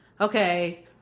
okay